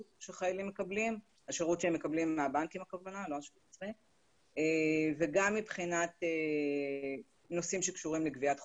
שחיילים מקבלים מהבנקים וגם מבחינת נושאים שקשורים לגביית חובות.